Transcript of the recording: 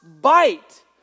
bite